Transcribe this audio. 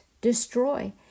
destroy